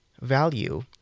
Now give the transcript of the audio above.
Value